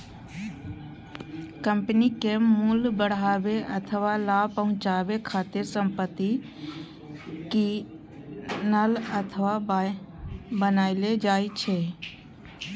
कंपनीक मूल्य बढ़ाबै अथवा लाभ पहुंचाबै खातिर संपत्ति कीनल अथवा बनाएल जाइ छै